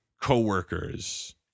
co-workers